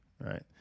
right